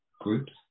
groups